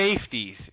Safeties